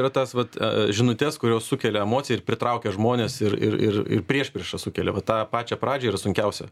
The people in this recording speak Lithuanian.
yra tas vat žinutes kurios sukelia emociją ir pritraukia žmones ir ir ir ir priešpriešą sukelia va tą pačią pradžią ir sunkiausia